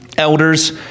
elders